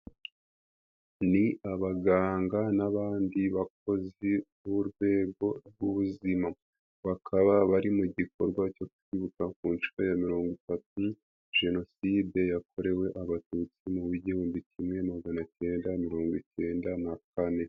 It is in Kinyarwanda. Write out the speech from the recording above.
Ni abaganga n'abandi bakozi b'urwego rw'ubuzima; bakaba bari mu gikorwa cyo kwibuka ku nshuro ya mirongo itatu jenoside yakorewe abatutsi mu giihumbi kimwe maganacyenda mirongo icyenda na kane.